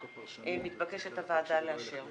מתבקשת הוועדה לאשר.